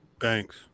Thanks